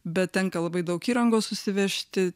bet tenka labai daug įrangos susivežti